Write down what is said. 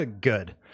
Good